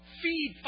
feed